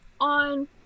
on